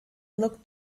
looked